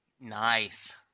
nice